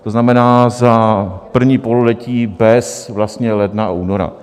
To znamená, za první pololetí bez vlastně ledna a února.